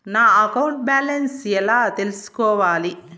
నా account balance ఎలా తెల్సుకోవాలి